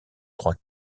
trois